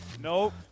Nope